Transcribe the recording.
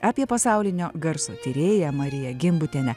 apie pasaulinio garso tyrėją mariją gimbutienę